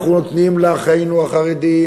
אנחנו נותנים לאחינו החרדים,